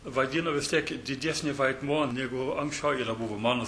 vaidina vis tiek didesnį vaidmuo negu anksčiau yra buvo mano